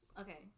Okay